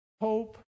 hope